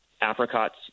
Apricots